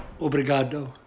Obrigado